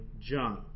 John